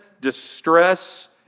distress